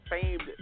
famed